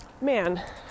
Man